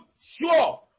sure